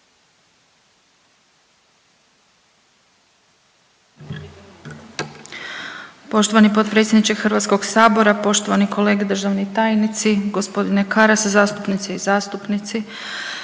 Poštovani potpredsjedniče Hrvatskog sabora, poštovani kolega državni tajnici, gospodine Karas, zastupnice i zastupnici.